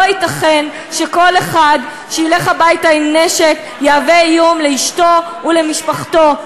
לא ייתכן שכל אחד שילך הביתה עם נשק יהווה איום לאשתו ולמשפחתו.